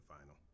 final